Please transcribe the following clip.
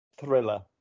thriller